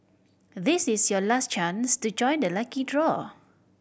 this is your last chance to join the lucky draw